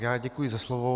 Já děkuji za slovo.